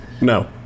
no